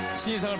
scenes. um